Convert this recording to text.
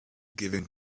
giving